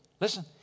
Listen